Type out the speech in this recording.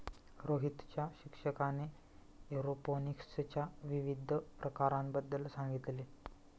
रोहितच्या शिक्षकाने एरोपोनिक्सच्या विविध प्रकारांबद्दल सांगितले